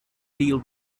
deal